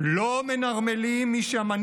לא מנרמלים את מי שמלמד בכל הזדמנות שהמטרה היא